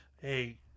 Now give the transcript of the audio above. hey